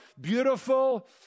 beautiful